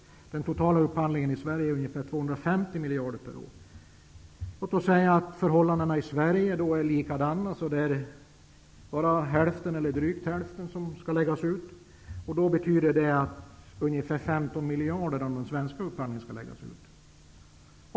Den totala upphandlingen i Sverige motsvarar värden på ca 250 miljarder kronor per år. Låt oss anta att förhållandena i Sverige är desamma som förhållandena inom EG och att sålunda drygt hälften skall läggas ut. Det betyder att ungefär hälften eller drygt hälften skall läggas ut. Om 10 % hamnar ovanför tröskelvärdena kan det innebära att drygt 15 miljarder skall läggas ut.